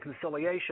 conciliation